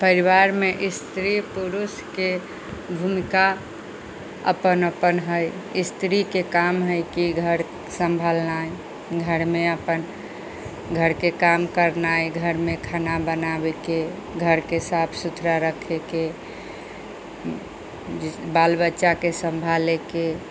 परिवार मे स्त्री पुरुष के भूमिका अपन अपन है स्त्री के काम है कि घर संभालनाइ घर मे अपन घर के काम करनाइ घर मे खाना बनाबे के घर के साफ सुथरा रखे के बाल बच्चा के संभाले के